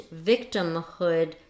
victimhood